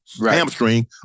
hamstring